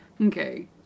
Okay